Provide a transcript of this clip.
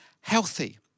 healthy